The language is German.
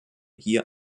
hier